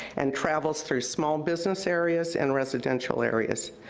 and travels through small business areas and residential areas.